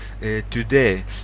today